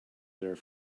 there